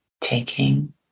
Taking